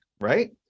right